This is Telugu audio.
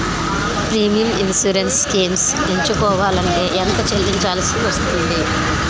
ప్రీమియం ఇన్సురెన్స్ స్కీమ్స్ ఎంచుకోవలంటే ఎంత చల్లించాల్సివస్తుంది??